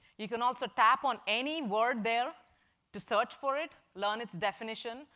you can also tap on any word there to search for it, learn its definition,